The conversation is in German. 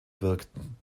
wirkten